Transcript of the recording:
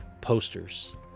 posters